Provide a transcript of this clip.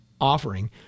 offering